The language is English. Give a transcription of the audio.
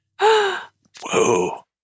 Whoa